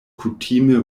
kutime